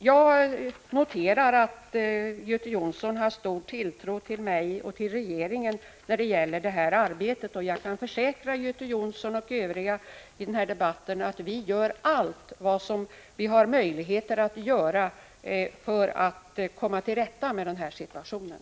Jag noterar vidare att Göte Jonsson har stor tilltro till mig och till regeringen i övrigt när det gäller detta arbete, och jag kan försäkra Göte Jonsson och övriga deltagare i den här debatten att vi gör allt vad vi kan för att komma till rätta med den rådande situationen.